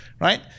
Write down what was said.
right